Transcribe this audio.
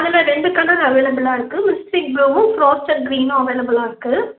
அதில் ரெண்டு கலர் அவைலபிளாக இருக்கு திக் ப்ளூவும் ஃப்ராஸன் க்ரீனும் அவைலபிளாக இருக்கு